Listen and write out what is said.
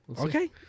Okay